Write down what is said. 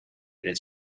that